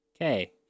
Okay